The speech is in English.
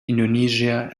indonesia